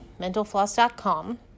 mentalfloss.com